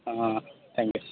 thank you sir